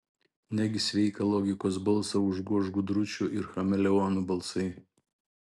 negi sveiką logikos balsą užgoš gudručių ir chameleonų balsai